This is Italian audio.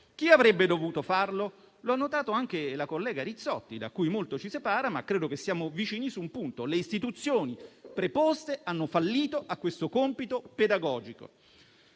Chi avrebbe dovuto farlo? Lo ha notato anche la collega Rizzotti, da cui molto ci separa, ma a cui siamo vicini su un punto: le istituzioni preposte hanno fallito nello svolgere questo compito pedagogico.